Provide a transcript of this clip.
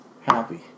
happy